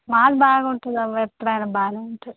mall బాగుంటలేవు ఎప్పుడైనా బాగానే ఉంటాయి